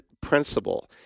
principle